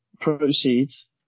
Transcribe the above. proceeds